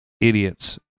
idiots